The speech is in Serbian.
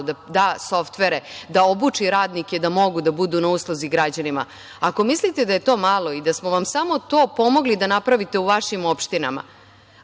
da da softvere, da obuči radnike da mogu da budu na usluzi građanima, ako mislite da je to malo i da smo vam samo to pomogli da napravite u vašim opštinama,